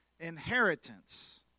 inheritance